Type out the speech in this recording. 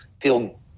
feel